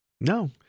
No